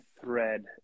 thread